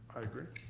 i agree.